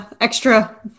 extra